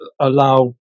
allow